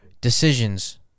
decisions